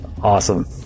Awesome